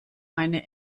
eine